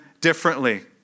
differently